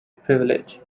privilege